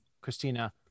Christina